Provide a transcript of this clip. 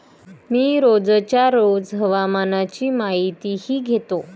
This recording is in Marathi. मी रोजच्या रोज हवामानाची माहितीही घेतो